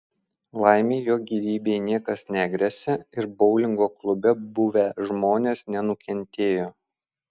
laimei jo gyvybei niekas negresia ir boulingo klube buvę žmonės nenukentėjo